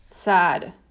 Sad